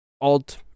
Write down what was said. alt